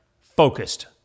focused